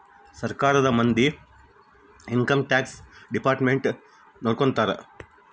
ಸರ್ಕಾರದ ಮಂದಿ income tax department ನೊಡ್ಕೋತರ